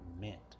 meant